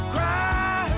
Cry